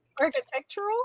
Architectural